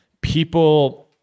people